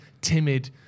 timid